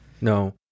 No